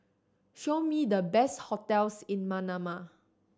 show me the best hotels in Manama